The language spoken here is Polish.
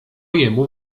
jemu